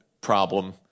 problem